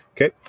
Okay